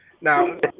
Now